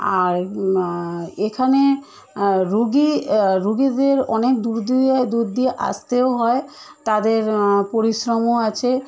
আর এখানে রুগী রুগীদের অনেক দূর দিয়ে দূর দিয়ে আসতেও হয় তাদের পরিশ্রমও আছে